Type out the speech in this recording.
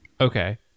Okay